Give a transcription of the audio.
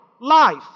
life